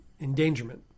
endangerment